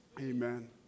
Amen